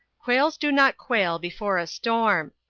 quails do not quail before a storm.